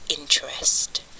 interest